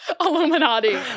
Illuminati